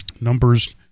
numbers